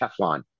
Teflon